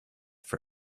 for